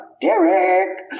Derek